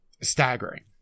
staggering